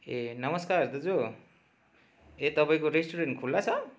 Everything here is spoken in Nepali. ए नमस्कार दाजु ए तपाईँको रेस्टुरेन्ट खुला छ